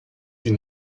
sie